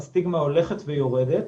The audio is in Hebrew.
הסטיגמה הולכת ויורדת,